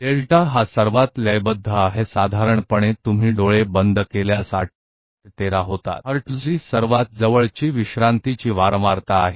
delta सबसे लयबद्ध है आम तौर पर आप जो पाते हैं अगर आप अपनी आँखें बंद करते हैं तो 8 से 13 हर्ट्ज है जो निकटतम आराम आवृत्ति है